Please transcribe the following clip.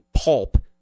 pulp